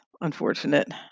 unfortunate